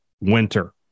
winter